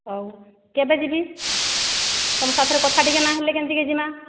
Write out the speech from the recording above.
ହେଉ କେବେ ଯିବି ତୁମ ସାଥିରେ କଥା ଟିକିଏ ନାଇଁ ହେଲେ କେନ୍ତା ଜିମା